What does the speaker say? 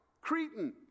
Cretan